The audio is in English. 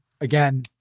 again